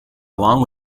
along